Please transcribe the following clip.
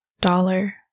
dollar